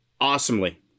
awesomely